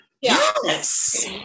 Yes